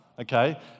okay